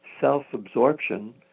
self-absorption